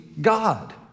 God